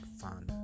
fun